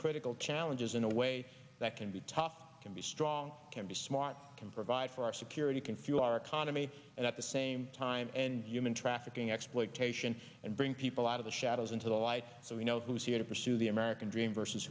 critical challenges in a way that can be tough can be strong can be smart can provide for our security can fuel our economy and at the same time and human trafficking exploitation and bring people out of the shadows into the light so we know who is here to pursue the american dream versus